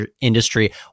industry